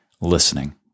listening